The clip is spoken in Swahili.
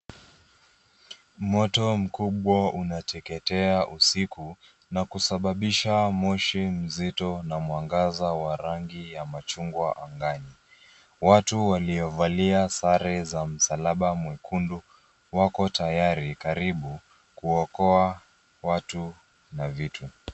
Moto mkubwa unateketea usiku na kusababisha moshi mzito na mwangaza wa rangi ya machungwa angani. Watu waliovalia sare za msalaba mwekundu wako tayari karibu, kuokoa watu na vitu.